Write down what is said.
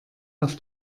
auf